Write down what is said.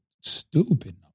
stupid